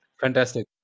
Fantastic